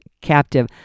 captive